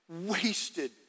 Wasted